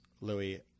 Louis